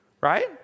right